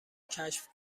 کشف